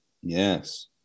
Yes